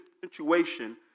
situation